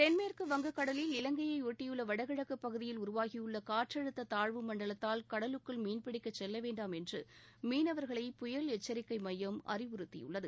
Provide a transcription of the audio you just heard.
தென்மேற்கு வங்கக்கடலில் இலங்கையையொட்டியுள்ள வடகிழக்குப் பகுதியில் உருவாகியுள்ள காற்றழுத்த தாழ்வு மண்டலத்தால் கடலுக்குள் மீன் பிடிக்கச் செல்ல வேண்டாம் என்று மீனவர்களை புயல் எச்சரிக்கை மையம் அறிவுறுத்தியுள்ளது